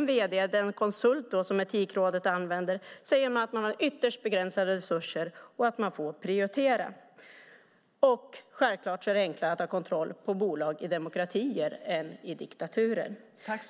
vd på det konsultbolag som Etikrådet använder har man ytterst begränsade resurser och får prioritera. Självklart är det enklare att ha kontroll på bolag i demokratier än i diktaturer. Jag